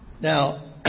Now